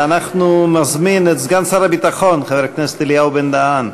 ואנחנו נזמין את סגן שר הביטחון חבר הכנסת אלי בן-דהן.